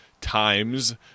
times